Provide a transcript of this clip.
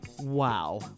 Wow